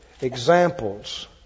examples